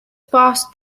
passed